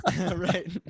Right